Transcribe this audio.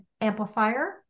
amplifier